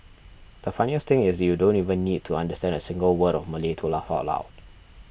the funniest thing is that you don't even need to understand a single word of Malay to laugh out loud